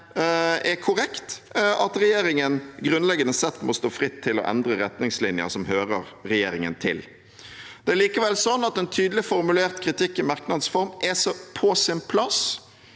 er korrekt at regjeringen grunnleggende sett må stå fritt til å endre retningslinjer som hører regjeringen til. Det er likevel sånn at en tydelig formulert kritikk i merknads form er på sin plass